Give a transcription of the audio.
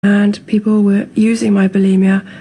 שלוימי אברמוביץ